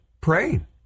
praying